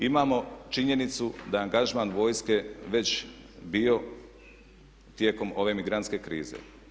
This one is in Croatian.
Imamo činjenicu da je angažman vojske već bio tijekom ove migrantske krize.